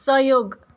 सहयोग